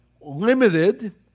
limited